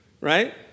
right